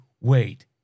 Wait